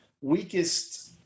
weakest